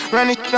Running